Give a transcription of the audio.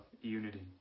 unity